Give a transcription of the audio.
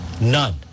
none